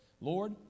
Lord